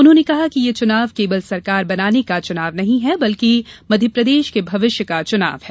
उन्होंने कहा कि ये चुनाव केवल सरकार बनाने का चुनाव नहीं है बल्कि मध्यप्रदेश के भविष्य का चुनाव है